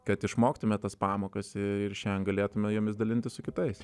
kad išmoktume tas pamokas ir šiandien galėtume jomis dalintis su kitais